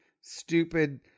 stupid